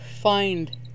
find